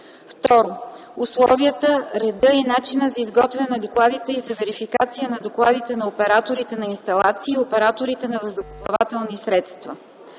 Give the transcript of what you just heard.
2. условията, реда и начина за изготвяне на докладите и за верификация на докладите на операторите на инсталации и операторите на въздухоплавателни средства;